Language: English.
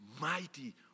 mighty